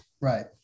Right